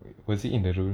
was it in the rule